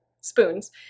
spoons